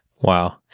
Wow